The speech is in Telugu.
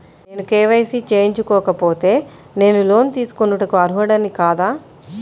నేను కే.వై.సి చేయించుకోకపోతే నేను లోన్ తీసుకొనుటకు అర్హుడని కాదా?